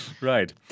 right